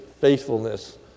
faithfulness